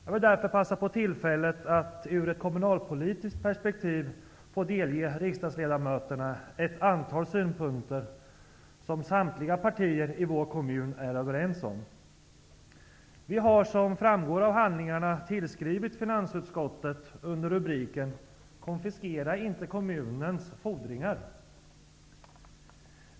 Jag vill därför begagna tillfället att ur ett kommunalt perspektiv delge riksdagsledamöterna ett antal synpunkter som samtliga partier i vår kommun är överens om. Vi har, som framgår av handlingarna, tillskrivit finansutskottet under rubriken ''Konfiskera inte kommunens fordringar!''